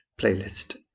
playlist